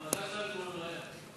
המזל שלנו, לא היה פה.